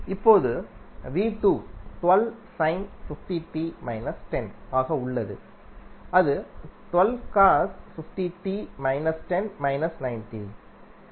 இப்போது ஆக உள்ளதுஅது